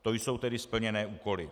To jsou tedy splněné úkoly.